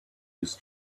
his